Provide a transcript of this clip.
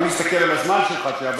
אני מסתכל על הזמן שלך, שעבר.